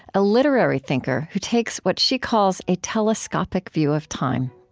a literary thinker who takes what she calls a telescopic view of time.